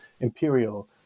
imperial